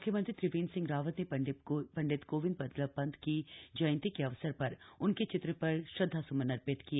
मुख्यमंत्री त्रिवेंद्र सिंह रावत ने ण्डित गोविंद बल्लभ न्त की जयंती के अवसर र उनके चित्र र श्रद्धा सुमन अर्थित किए